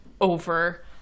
over